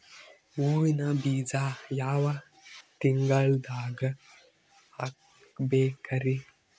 ಹೂವಿನ ಬೀಜ ಯಾವ ತಿಂಗಳ್ದಾಗ್ ಹಾಕ್ಬೇಕರಿ?